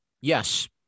Yes